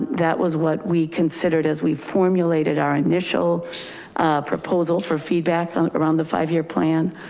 that was what we considered as we've formulated our initial proposal for feedback around the five year plan.